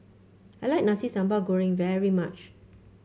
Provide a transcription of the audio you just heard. I like Nasi Sambal Goreng very much